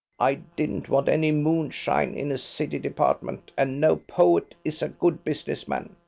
i didn't want any moonshine in a city department and no poet is a good business man.